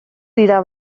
dira